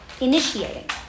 initiating